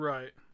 Right